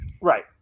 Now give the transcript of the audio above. Right